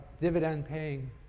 dividend-paying